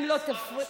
אם לא, אשמח לשמוע.